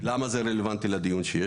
ולמה זה רלוונטי לדיון הזה?